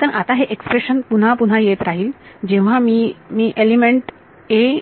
तर आता हे एक्सप्रेशन पुन्हा पुन्हा येत राहील जेव्हा मी मी एलिमेंट 'a'